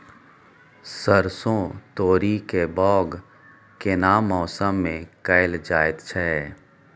सरसो, तोरी के बौग केना मास में कैल जायत छै?